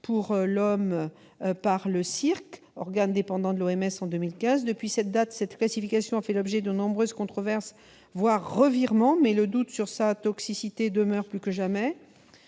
sur le cancer, le CIRC, organe dépendant de l'OMS, en 2015. Depuis cette date, cette classification a fait l'objet de nombreuses controverses, voire de revirements, mais le doute sur sa toxicité demeure plus que jamais.